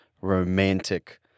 romantic